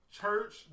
church